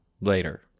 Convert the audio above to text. later